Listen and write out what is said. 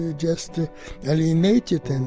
ah just alienated, and